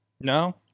no